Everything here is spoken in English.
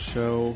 Show